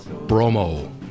Bromo